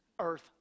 earth